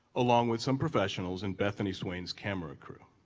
along with some professionals and bethany swain's camera crew.